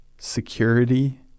security